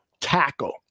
tackle